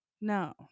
no